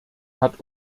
hat